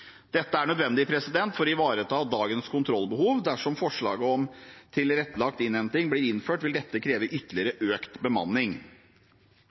Dette er nødvendig for å ivareta dagens kontrollbehov. Dersom forslaget om tilrettelagt innhenting blir innført, vil dette kreve ytterligere økt bemanning.